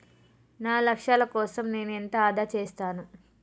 నా లక్ష్యాల కోసం నేను ఎంత ఆదా చేస్తాను?